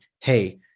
Hey